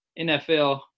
NFL